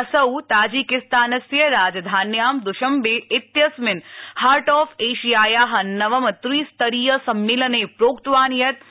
असौ ताजिकिस्तानस्य राजधान्यां द्शम्बे इत्यस्मिन् हार्ट ऑफ एशियाया नवम त्रिस्तरीय सम्मेलने प्रोक्तवान् यत्